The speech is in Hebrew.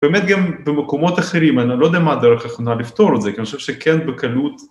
באמת גם במקומות אחרים, אני לא יודע מה הדרך האחרונה לפתור את זה, כי אני חושב שכן בקלות.